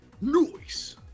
noise